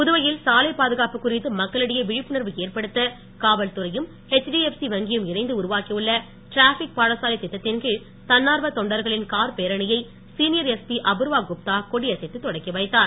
புதுவையில் சாலைபாதுகாப்பு குறித்துமக்களிடையே விழிப்புணர்வு ஏற்படுத்த காவல்துறையும் ஹெச்டிஎப்சி வங்கியும் இணைந்து உருவாக்கியுள்ள டிராபிக் பாடசாலை திட்டத்தின் கீழ் தன்னார்வ தொண்டர்களின் கார் பேரணியை சீனியர் எஸ்பி அபுர்வா குப்தா கொடியசைத்து தொடக்கி வைத்தார்